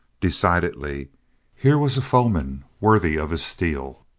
decidedly here was a foeman worthy of his steel,